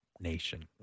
Nation